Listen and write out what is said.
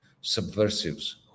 subversives